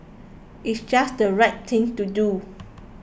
it's just the right thing to do